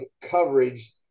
coverage